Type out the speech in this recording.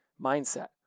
mindset